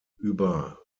über